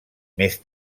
més